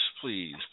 Please